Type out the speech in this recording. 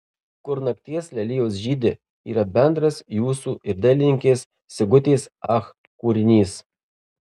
kur nakties lelijos žydi yra bendras jūsų ir dailininkės sigutės ach kūrinys